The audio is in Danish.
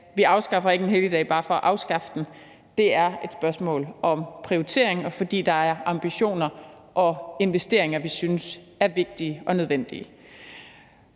afskaffer en helligdag bare for at afskaffe den. Det er et spørgsmål om prioriteringer, fordi der er ambitioner og investeringer, vi synes er vigtige og nødvendige.